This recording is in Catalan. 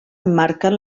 emmarquen